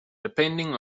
depending